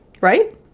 right